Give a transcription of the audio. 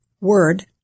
word